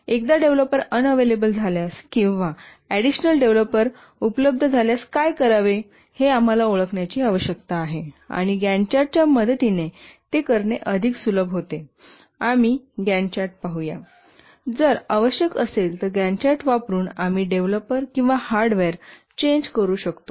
एखादा developer unavailable झाल्यास किंवा ऍडिशनल डेव्हलप सबलब्ध झाल्यास काय करावे हे आम्हाला ओळखण्याची आवश्यकता आहे आणि गॅंट चार्ट च्या मदतीने ते करणे अधिक सुलभ होते आम्ही गॅंट चार्ट पाहू जर आवश्यक असेल तर GANTT चार्ट वापरुन आम्ही डेव्हलपर किंवा हार्डवेअर चेंज करू शकतो